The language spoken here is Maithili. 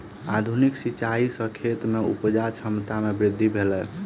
आधुनिक सिचाई सॅ खेत में उपजा क्षमता में वृद्धि भेलै